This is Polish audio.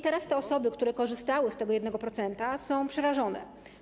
Teraz osoby, które korzystały z tego 1%, są przerażone.